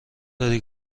داری